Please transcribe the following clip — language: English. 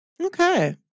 Okay